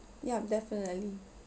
yup definitely